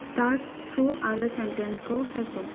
start थु आरे सेनटेन्सखौ सायख'